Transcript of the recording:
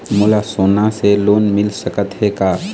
मोला सोना से लोन मिल सकत हे का?